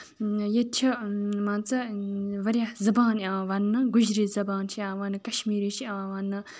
ییٚتہِ چھ مان ژٕ واریاہ زَبان یِوان وَننہٕ گُجری زبان یِوان کَشمیٖری چھِ یِوان وَننہٕ